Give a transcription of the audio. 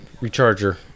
recharger